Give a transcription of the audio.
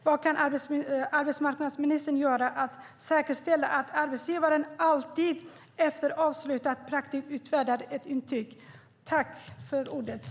Vad kan arbetsmarknadsministern göra för att säkerställa att arbetsgivaren alltid efter avslutad praktik utfärdar ett intyg?